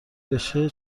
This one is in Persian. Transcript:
بشه